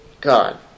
God